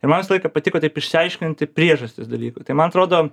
ir man visą laiką patiko taip išsiaiškinti priežastis dalykų tai man atrodo